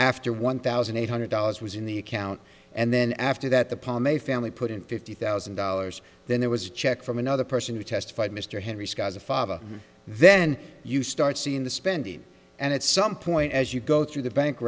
after one thousand eight hundred dollars was in the account and then after that the palm a family put in fifty thousand dollars then there was a check from another person who testified mr henry scott the father then you start seeing the spending and at some point as you go through the bank